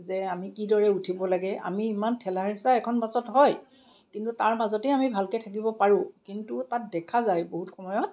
যে আমি কিদৰে উঠিব লাগে আমি ইমান ঠেলা হেঁচা এখন বাছত হয় কিন্তু তাৰ মাজতে আমি ভালকে থাকিব পাৰোঁ কিন্তু তাত দেখা যায় বহুত সময়ত